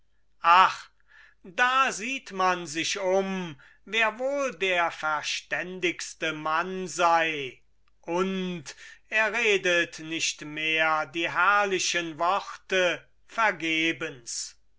da sieht man sich um wer wohl der verständigste mann sei und er redet nicht mehr die herrlichen worte vergebens